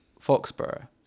Foxborough